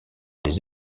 les